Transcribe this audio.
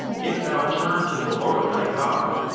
if thou turn to the lord thy god,